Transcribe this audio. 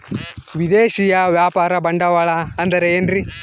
ವಿದೇಶಿಯ ವ್ಯಾಪಾರ ಬಂಡವಾಳ ಅಂದರೆ ಏನ್ರಿ?